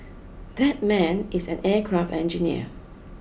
that man is an aircraft engineer